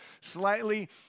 slightly